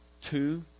two